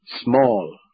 small